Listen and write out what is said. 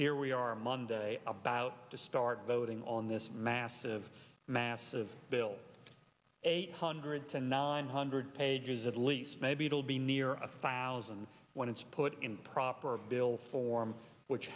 here we are monday about to start voting on this massive massive bill eight hundred to nine hundred pages at least maybe it'll be near a thousand when it's put in proper bill form which